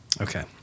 Okay